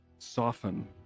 soften